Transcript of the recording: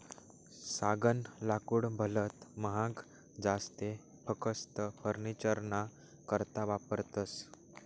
सागनं लाकूड भलत महाग जास ते फकस्त फर्निचरना करता वापरतस